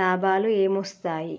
లాభాలు ఏమొస్తాయి?